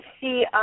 see